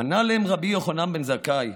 ענה להם רבי יוחנן בן זכאי: